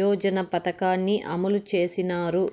యోజన పథకాన్ని అమలు చేసినారు